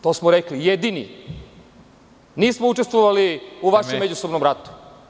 To smo rekli jedini, nismo učestvovali u vašem međusobnom ratu.